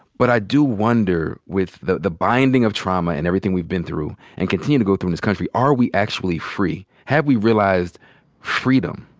but i do wonder with the the binding of trauma and everything we've been through, and continue to go through in this country, are we actually free? have we realized freedom?